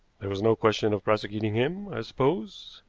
there was no question of prosecuting him, i suppose?